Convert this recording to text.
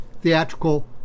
theatrical